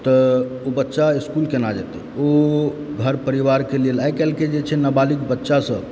तऽ ओ बच्चा इस्कूल केना जेतय ओ घर परिवारकेँ लेल आइकाल्हिके जे छै नऽ नाबालिक बच्चासभ